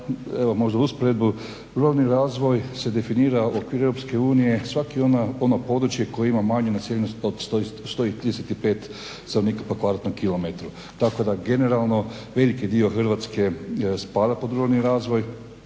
možda usporedbu, ruralni razvoj se definira u okviru Europske unije svako ono područje koje ima manju naseljenost od 135 stanovnika po km2 tako da generalno veliki dio Hrvatske spada pod ruralni razvoj